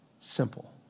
simple